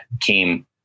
came